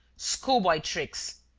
schoolboy tricks!